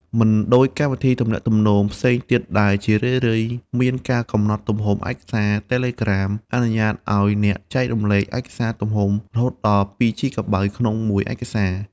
មិនដូចកម្មវិធីទំនាក់ទំនងផ្សេងទៀតដែលជារឿយៗមានការកំណត់ទំហំឯកសារ Telegram អនុញ្ញាតឱ្យអ្នកចែករំលែកឯកសារទំហំរហូតដល់ 2 ជីកាបៃ ក្នុងមួយឯកសារ។